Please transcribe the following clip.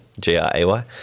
g-r-a-y